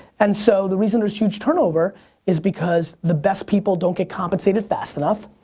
and so the reason there's huge turnover is because the best people don't get compensated fast enough.